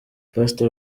pastor